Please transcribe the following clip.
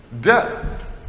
death